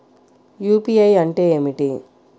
UPI అంటే ఏమిటీ?